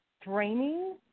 draining